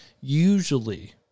usually